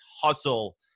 hustle